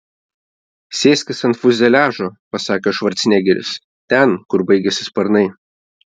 sėskis ant fiuzeliažo pasakė švarcnegeris ten kur baigiasi sparnai